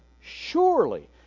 Surely